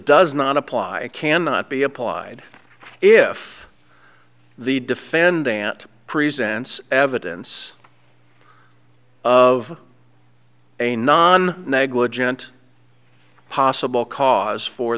does not apply it cannot be applied if the defendant presents evidence of a non negligent possible cause for